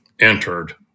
entered